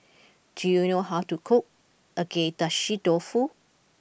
do you know how to cook Agedashi Dofu